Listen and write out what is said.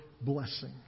blessing